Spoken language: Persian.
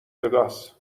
وگاس